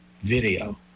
video